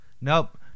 Nope